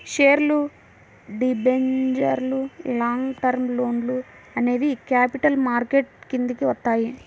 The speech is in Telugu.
షేర్లు, డిబెంచర్లు, లాంగ్ టర్మ్ లోన్లు అనేవి క్యాపిటల్ మార్కెట్ కిందికి వత్తయ్యి